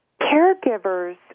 caregivers